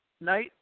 night